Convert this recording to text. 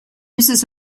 uses